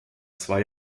zwei